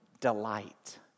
delight